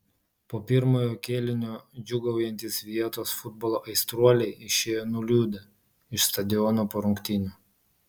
po pirmojo kėlinio džiūgaujantys vietos futbolo aistruoliai išėjo nuliūdę iš stadiono po rungtynių